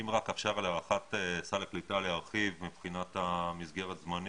אם רק עכשיו על הארכת סל הקליטה להרחיב מבחינת מסגרת הזמנים,